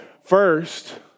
First